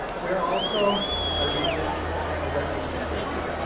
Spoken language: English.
we are also a region of refugee camps,